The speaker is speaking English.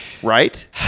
Right